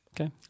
Okay